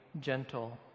gentle